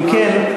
אם כן,